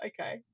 okay